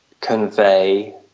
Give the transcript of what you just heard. convey